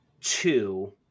two